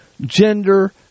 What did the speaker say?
gender